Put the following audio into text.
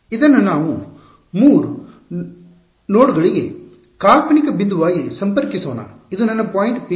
ಇದನ್ನು ನಾವು 3 ನೋಡ್ಗಳಿಗೆ ಕಾಲ್ಪನಿಕ ಬಿಂದುವಾಗಿ ಸಂಪರ್ಕಿಸೋಣ ಇದು ನನ್ನ ಪಾಯಿಂಟ್ ಪಿ